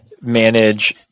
manage